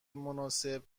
مناسب